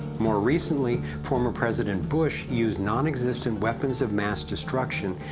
more recently, former president bush used nonexistent weapons of mass destruction,